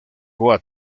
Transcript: goa